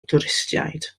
dwristiaid